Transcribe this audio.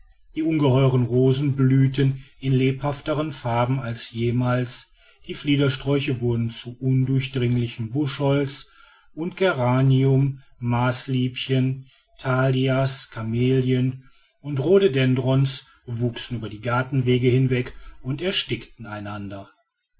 die ungeheuren rosen blühten in lebhafteren farben als jemals die fliedersträuche wurden zu undurchdringlichem buschholz und geranium maßliebchen thalias kamelien und rhododendrons wuchsen über die gartenwege hinweg und erstickten einander